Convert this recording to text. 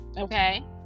Okay